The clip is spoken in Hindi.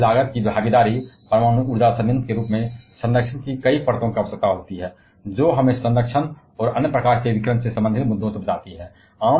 उच्च पूंजी लागत भागीदारी परमाणु ऊर्जा संयंत्र के रूप में संरक्षण की कई परतों की आवश्यकता होती है जो हमें संरक्षण और अन्य प्रकार के विकिरण से संबंधित मुद्दों से बचाती है